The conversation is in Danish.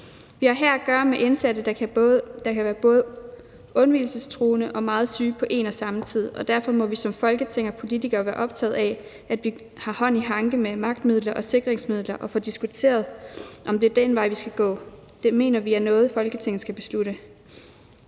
Vi har her at gøre med indsatte, der kan være både undvigelsestruede og meget syge på en og samme tid, og derfor må vi som Folketing og politikere være optaget af, at vi har hånd i hanke med magtmidler og sikringsmidler, og få diskuteret, om det er den vej, vi skal gå. Det mener vi er noget, som Folketinget skal beslutte.